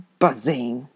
buzzing